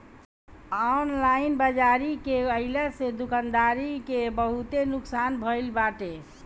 online बाजारी के आइला से दुकानदारी के बहुते नुकसान भईल बाटे